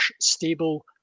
stable